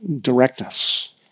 directness